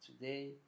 today